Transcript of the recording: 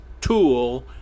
tool